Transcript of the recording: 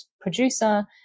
producer